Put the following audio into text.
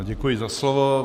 Děkuji za slovo.